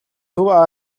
төв